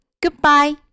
Goodbye